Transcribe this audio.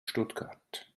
stuttgart